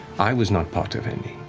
i was not part of any.